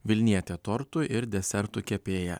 vilnietė tortų ir desertų kepėja